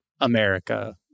america